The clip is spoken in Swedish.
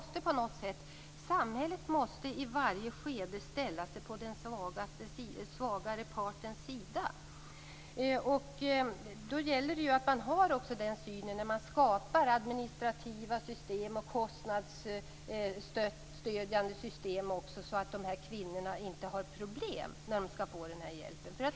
Samhället måste i varje skede ställa sig på den svagare partens sida. Man måste ha den synen när man skapar administrativa och kostnadsstödjande system så att dessa kvinnor inte får problem i samband med att de får hjälp.